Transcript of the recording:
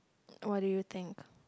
what do you think